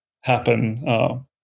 happen